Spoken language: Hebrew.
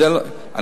כולם בריאים.